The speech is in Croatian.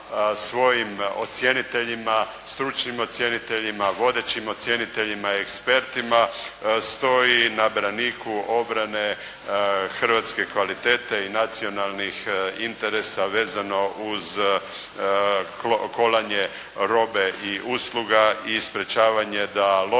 svojim ocjeniteljima, stručnim ocjeniteljima, vodećim ocjeniteljima i ekspertima stoji na braniku obrane hrvatske kvalitete i nacionalnih interesa vezano uz kolanje robe i usluga i sprječavanje da loše